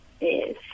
Yes